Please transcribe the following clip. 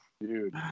Dude